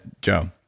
Joe